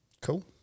Cool